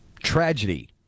Tragedy